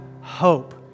hope